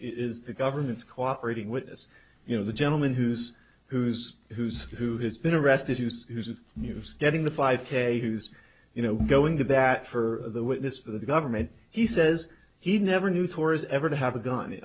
is the government's cooperating witness you know the gentleman who's who's who's who has been arrested use the news getting the five k who's you know going to that for the witness for the government he says he never knew thor is ever to have a gun